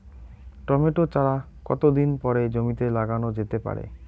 Tomato চারা কতো দিন পরে জমিতে লাগানো যেতে পারে?